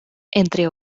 entre